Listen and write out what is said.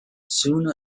soon